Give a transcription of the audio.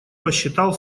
посчитал